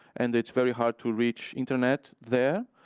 and it's very hard to reach internet there,